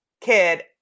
kid